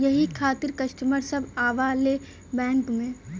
यही खातिन कस्टमर सब आवा ले बैंक मे?